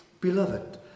beloved